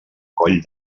coll